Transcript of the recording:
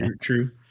true